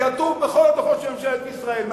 כתוב בכל הדוחות של ממשלת ישראל,